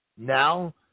Now